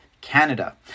Canada